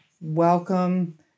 welcome